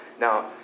Now